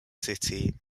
city